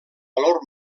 valor